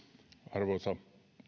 arvoisa